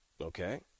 Okay